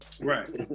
Right